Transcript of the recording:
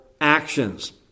actions